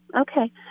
okay